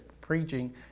preaching